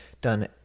done